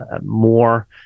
more